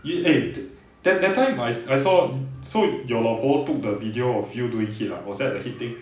you eh that that time I saw so your 老婆 took the video of you doing H_I_T_T ah was that the H_I_T_T thing